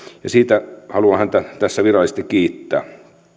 ja siitä haluan häntä tässä virallisesti kiittää